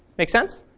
make sense?